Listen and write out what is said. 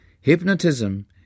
Hypnotism